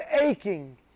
aching